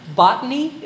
botany